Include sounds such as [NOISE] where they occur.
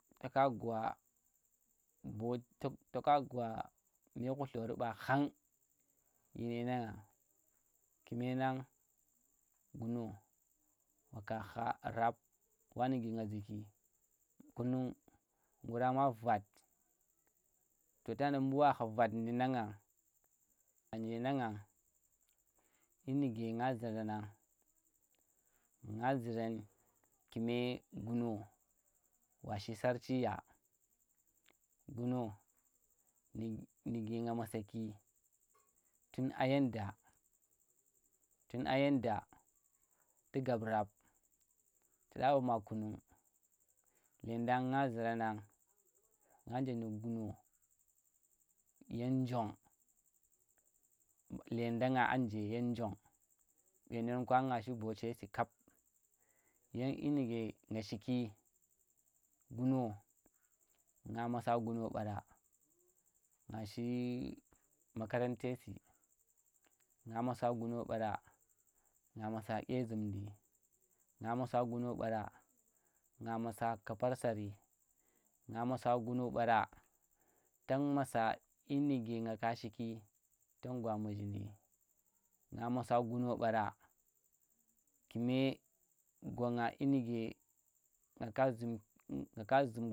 To ka gwa bo tok- toka gwa me Khulori ɓa Khang dyine nang ngang kume nang guno, waka kha rab, wa nuge nga zuki kunung, ngura ma vat, to tana mbu wa kha vat ndu nang ngang, ganje nang. Ngang dyi nu̱ge nga zuran nang, nga zurem ku̱me guno wa shi sarchi ya, guno nu̱- nuge nga masaki, tun a yen da tun a yen da tu gab rab`tu ɗa ɓa ma kunung, llendang nga zu̱ran nang, nganje nu guno yen njong llendang ngang a nje yen njong, ɓe nan kwa nga yi bote su kap, yan dyi nuge nga shiki, guno, [NOISE] nga masa guno ɓara nga shi makarante su̱, nga masa guno ɓara, nga masa dye zu̱mu̱i, nga masa guno ɓara, nga masa kapar sari, nga masa guno ɓara, tang masa dyi nuge ngaka shiki tang gwa muzhindi, nga masu guno ɓara ku̱me gwanga dyi nuke nga ka zum nga ka zu̱m